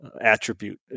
attribute